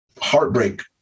heartbreak